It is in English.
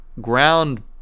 ground